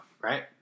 right